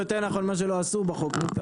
יותר נכון מה שלא אסור בחוק, מותר.